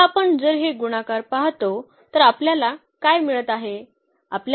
आता आपण जर हे गुणाकार पाहतो तर आपल्याला काय मिळत आहे